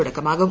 തുടക്കമാകും